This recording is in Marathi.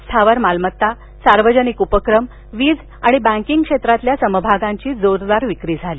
स्थावर मालमत्ता सार्वजनिक उपक्रम वीज आणि बँकींग क्षेत्रातील समभागांची जोरदार विक्री झाली